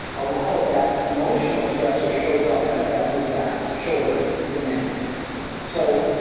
a lot of that emotional stressor shows up as that mid-back, shoulder demand so,